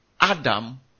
Adam